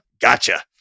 Gotcha